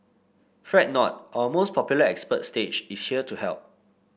fret not our most popular expert stage is here to help